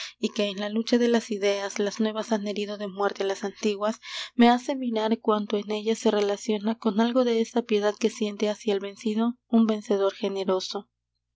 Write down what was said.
y que en la lucha de las ideas las nuevas han herido de muerte á las antiguas me hace mirar cuanto con ellas se relaciona con algo de esa piedad que siente hacia el vencido un vencedor generoso